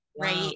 right